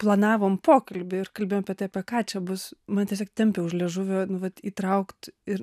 planavom pokalbį ir kalbėjom apie tai apie ką čia bus man tiesiog tempė už liežuvio nu vat įtraukt ir